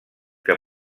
que